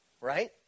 right